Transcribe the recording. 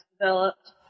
developed